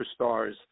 superstars